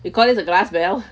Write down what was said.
you call this a glass bell